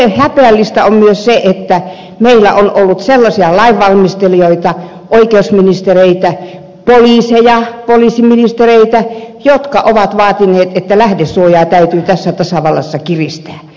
häpeällistä on myös se että meillä on ollut sellaisia lainvalmistelijoita oikeusministereitä poliiseja poliisiministereitä jotka ovat vaatineet että lähdesuojaa täytyy tässä tasavallassa kiristää